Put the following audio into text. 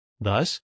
Thus